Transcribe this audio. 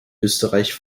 österreich